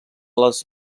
les